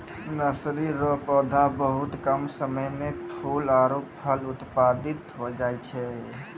nursery रो पौधा बहुत कम समय मे फूल आरु फल उत्पादित होय जाय छै